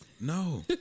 No